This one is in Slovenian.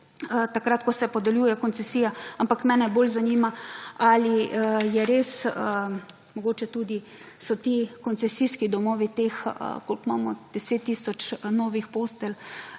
takrat, ko se podeljuje koncesija, ampak mene bolj zanima, ali je res, mogoče tudi, so ti koncesijski domovi teh, koliko imamo, 10 tisoč novih postelj,